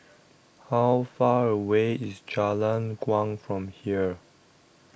How Far away IS Jalan Kuang from here